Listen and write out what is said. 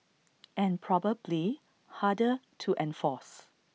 and probably harder to enforce